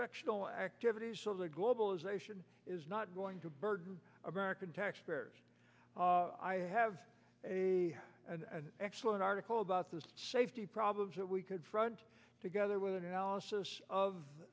sexual activities so the globalization is not going to burden american taxpayers i have a excellent article about the safety problems that we could front together with an analysis of